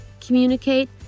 communicate